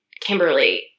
Kimberly